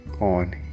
on